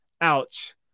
Ouch